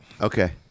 Okay